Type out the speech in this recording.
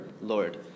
Lord